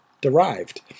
derived